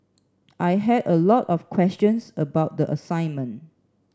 I had a lot of questions about the assignment